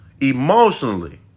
emotionally